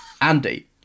Andy